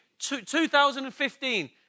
2015